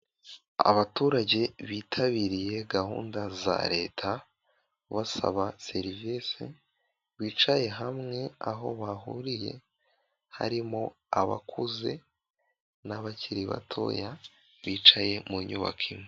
Abaturage bitabiriye gahunda za leta, basaba serivise, bicaye hamwe aho bahuriye, harimo abakuze n'abakiri batoya, bicaye mu nyubako imwe.